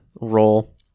role